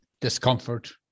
discomfort